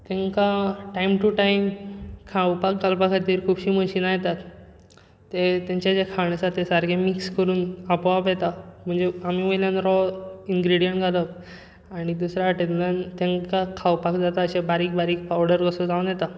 तांकां time to time खावपाक घालपा खातीर खूबशीं मशिनां येतात तांचें जें खाण आसा तें सारकें मिक्स करून सारकें आपोआप येता म्हणजे आमी वयल्यना रॉ इनग्रेडियन घालप आनी दुसरे वाटेंतल्यान तांकां खावपाक जाता तशें बारीक बारीक पावडार कसो जावन येतात